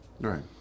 Right